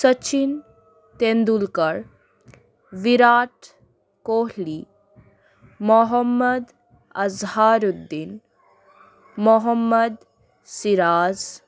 Sachin Tendulkar Virat Kohli Mohammad Azharuddin Mohammad Siraj